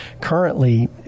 currently